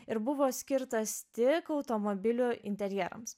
ir buvo skirtas tik automobilių interjerams